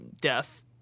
death